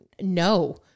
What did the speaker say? no